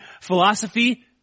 philosophy